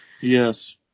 Yes